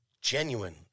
genuine